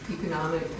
economic